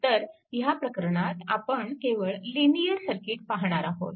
तर ह्या प्रकरणात आपण केवळ लिनिअर सर्किट पाहणार आहोत